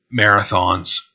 marathons